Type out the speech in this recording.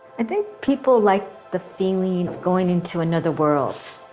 i think people like the feeling going into another world,